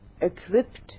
equipped